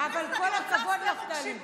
כל הכבוד לך, טלי.